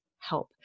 Help